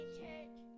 church